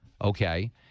okay